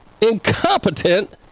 incompetent